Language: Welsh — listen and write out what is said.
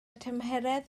tymheredd